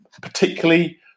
particularly